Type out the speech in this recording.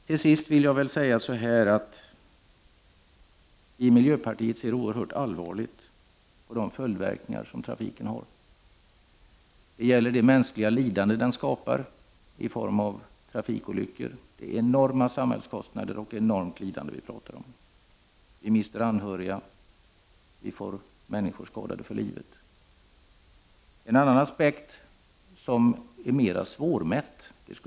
Till sist vill jag säga att vi i miljöpartiet ser oerhört allvarligt på de följdverkningar trafiken har. Den skapar många trafikolyckor, enorma samhällskostnader och enormt mänskligt lidande. Vi mister anhöriga och människor blir skadade för livet.